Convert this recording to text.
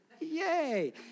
Yay